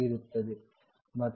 ಆಗಿರುತ್ತದೆ